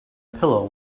pillow